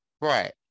Right